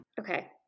Okay